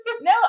No